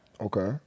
Okay